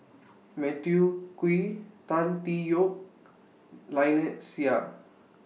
Matthew Ngui Tan Tee Yoke Lynnette Seah